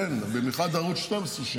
במיוחד ערוץ 12,